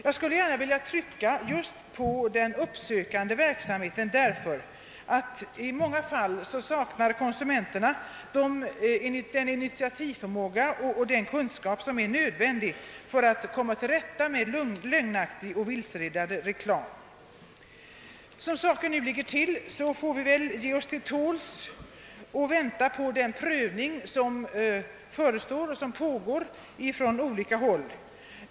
Jag vill gärna trycka just på den uppsökande verksamheten, därför att konsumenterna i många fall saknar den initiativförmåga och den kunskap som är nödvändig för att komma till rätta med lögnaktig och vilseledande reklam. Som saken nu ligger till, får vi väl ge oss till tåls och vänta på den prövning som förestår och som för övrigt redan pågår på olika håll.